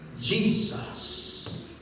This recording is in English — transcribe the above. Jesus